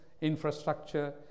infrastructure